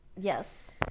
yes